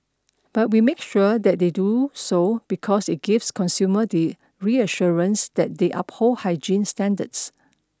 but we make sure that they do so because it gives consumers the reassurance that they uphold hygiene standards